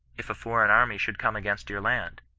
if a foreign army should come against your land?